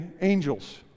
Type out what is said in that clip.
angels